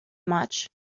much